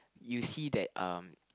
you see that um